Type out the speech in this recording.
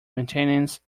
maintenance